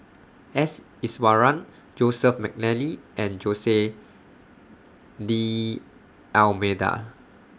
S Iswaran Joseph Mcnally and Jose D'almeida